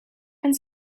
and